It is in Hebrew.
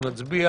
אנחנו נצביע.